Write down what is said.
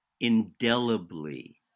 indelibly